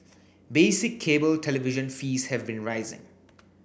basic cable television fees have been rising